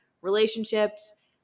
relationships